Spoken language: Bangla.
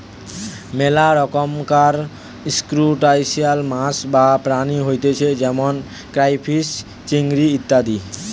মেলা রকমকার ত্রুসটাসিয়ান মাছ বা প্রাণী হতিছে যেমন ক্রাইফিষ, চিংড়ি ইত্যাদি